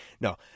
no